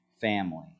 family